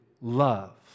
love